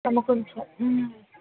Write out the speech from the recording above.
நம்ம கொஞ்சம் ம்